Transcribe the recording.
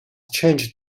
changed